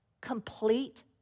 complete